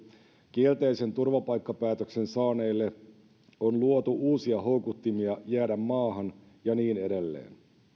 kielteisen turvapaikkapäätöksen saaneille on luotu uusia houkuttimia jäädä maahan ja niin edelleen